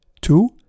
Two